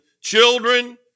Children